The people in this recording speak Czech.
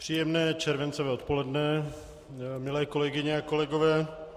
Příjemné červencové odpoledne, milé kolegyně a kolegové.